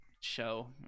show